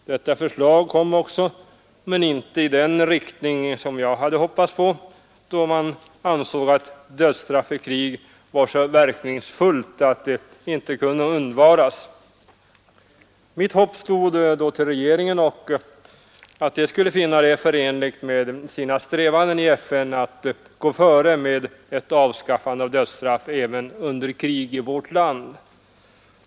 Detta förslag kom också, men det gick inte i den riktning som jag hade hoppats på, då man ansåg att dödsstraff i krig var så verkningsfullt att det inte kunde undvaras. Mitt hopp stod då till att regeringen skulle finna det förenligt med sina strävanden i FN att gå före med ett avskaffande av dödsstraff även under krig i vårt land.